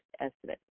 estimate